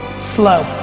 slow.